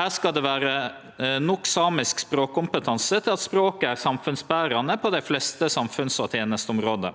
Her skal det vere nok samisk språkkompetanse til at språket er samfunnsberande på dei fleste samfunns- og tenesteområde.